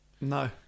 No